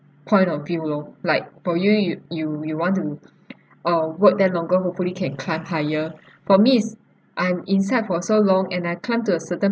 point of view loh like for you you you you want to uh work there longer hopefully can climb higher for me it's I'm inside for so long and I've climb to a certain